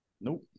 Nope